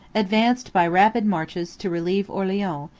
advanced, by rapid marches to relieve orleans,